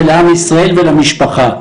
לעם ישראל ולמשפחה.